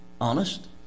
honest